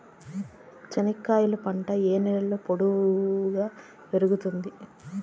చెనక్కాయలు పంట ఏ నేలలో పొడువుగా పెరుగుతుంది?